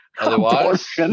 Otherwise